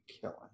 killing